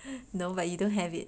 no but you don't have it